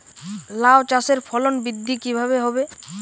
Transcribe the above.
লাউ চাষের ফলন বৃদ্ধি কিভাবে হবে?